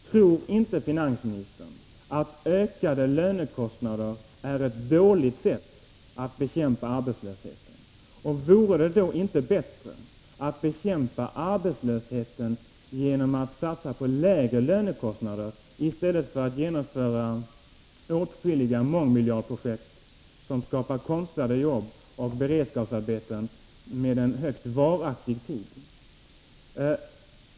Tror inte finansministern att ökade lönekostnader är ett dåligt sätt att bekämpa arbetslösheten? Vore det inte bättre att bekämpa arbetslösheten genom att satsa på lägre lönekostnader i stället för att genomföra åtskilliga mångmiljardprojekt, som skapar konstlade jobb och beredskapsarbeten med en högst begränsad varaktighet?